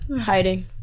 hiding